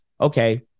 okay